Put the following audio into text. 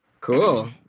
cool